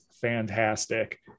fantastic